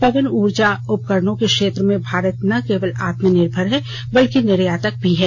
पवन ऊर्जा उपकरणों के क्षेत्र में भारत न केवल आत्मनिर्भर है बल्कि निर्यातक भी है